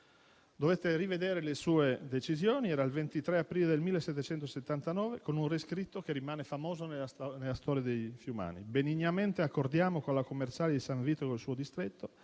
Dovette rivedere le sue decisioni il 23 aprile del 1779 con uno scritto che rimase famoso nella storia dei fiumani: «benignamente accordiamo che la commerciale di San Vito (Fiume) col suo distretto,